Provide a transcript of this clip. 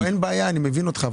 לא אין בעיה אני מבין אותך,